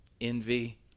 envy